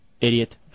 idiot